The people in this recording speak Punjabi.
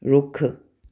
ਰੁੱਖ